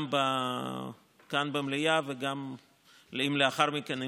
גם כאן במליאה וגם לאחר מכן,